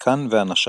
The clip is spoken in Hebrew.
מק'קאן ואנשיו.